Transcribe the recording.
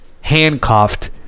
handcuffed